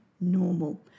normal